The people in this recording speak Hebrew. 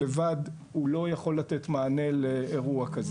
לבד לא יכולים לתת מענה לאירוע כזה.